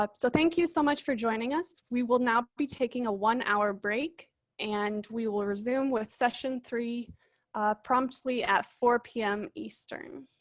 so thank you so much for joining us. we will now be taking a one hour break and we will resume with session three promptly at four pm eastern.